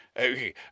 Okay